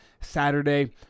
Saturday